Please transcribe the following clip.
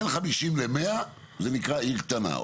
בין 50-100 זה נקרא עיר קטנה.